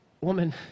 woman